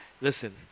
Listen